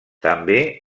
també